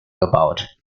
gebaut